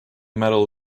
metal